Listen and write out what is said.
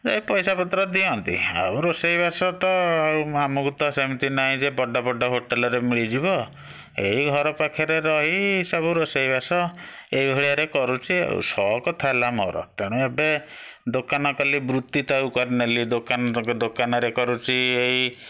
ଯାଇ ପଇସାପତ୍ର ଦିଅନ୍ତି ଆଉ ରୋଷେଇବାସ ତ ଆଉ ଆମକୁ ତ ସେମିତି ନାହିଁ ଯେ ବଡ଼ ବଡ଼ ହୋଟେଲ୍ରେ ମିଳିଯିବ ଏଇ ଘର ପାଖରେ ରହି ଏଇସବୁ ରୋଷେଇ ବାସ ଏଇଭଳିଆରେ କରୁଛି ଆଉ ସକ ଥିଲା ମୋର ତେଣୁ ଏବେ ଦୋକାନ କଲି ବୃତ୍ତି ତାକୁ କରିନେଲି ଦୋକାନତକ ଦୋକାନରେ କରୁଛି ଏଇ